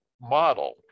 model